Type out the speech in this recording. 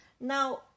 Now